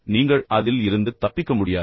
நீங்கள் அதில் இருந்து தப்பிக்க முடியாது